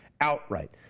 outright